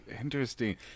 Interesting